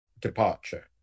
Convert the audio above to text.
departure